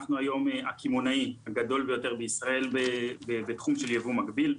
אנחנו היום הקמעונאי הגדול ביותר בישראל בתחום של יבוא מקביל.